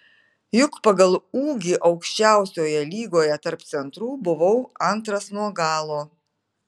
juk pagal ūgį aukščiausioje lygoje tarp centrų buvau antras nuo galo